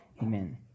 Amen